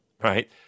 right